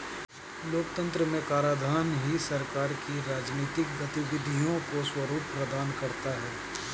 लोकतंत्र में कराधान ही सरकार की राजनीतिक गतिविधियों को स्वरूप प्रदान करता है